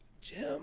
Jim